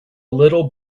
little